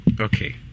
Okay